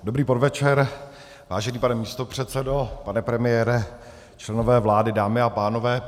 Dobrý podvečer, vážený pane místopředsedo, pane premiére, členové vlády, dámy a pánové.